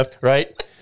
right